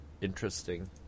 interesting